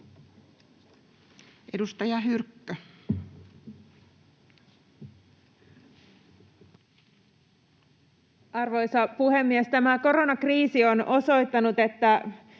Content: Arvoisa puhemies! Tämä koronakriisi on osoittanut, että